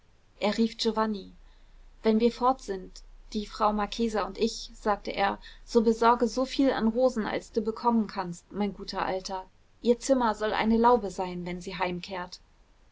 er rief giovanni wenn wir fort sind die frau marchesa und ich sagte er so besorge so viel an rosen als du bekommen kannst mein guter alter ihr zimmer soll eine laube sein wenn sie